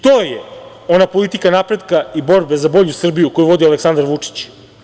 To je ona politika napretka i borbe za bolju Srbiju koju vodi Aleksandar Vučić.